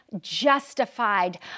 justified